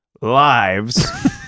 lives